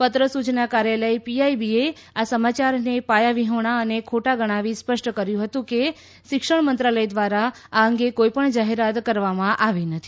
પત્ર સૂચના કાર્યાલય પીઆઈબી એ આ સમાચારને પાયાવિહોણા અને ખોટું ગણાવી સ્પષ્ટ કર્યુ છે કે શિક્ષણ મંત્રાલય દ્વારા આ અંગે કોઈપણ જાહેરાત કરવામાં આવી નથી